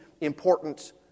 important